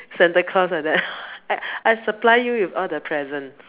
Santa Claus like that I I supply you with all the presents